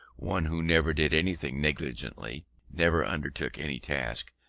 one who never did anything negligently never undertook any task,